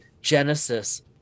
Genesis